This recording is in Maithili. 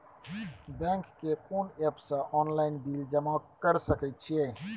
बैंक के कोन एप से ऑनलाइन बिल जमा कर सके छिए?